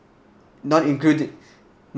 non-including